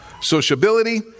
sociability